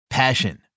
Passion